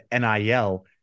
NIL